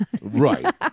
Right